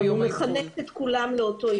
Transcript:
הוא מכנס את כולם לאותו יום.